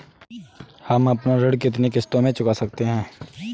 हम अपना ऋण कितनी किश्तों में चुका सकते हैं?